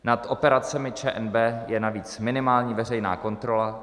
Nad operacemi ČNB je navíc minimální veřejná kontrola.